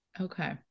Okay